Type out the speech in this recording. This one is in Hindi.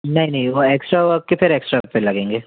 नहीं नहीं वो एक्स्ट्रा वर्क के फिर एक्स्ट्रा रुपये लगेंगे